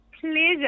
pleasure